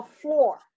floor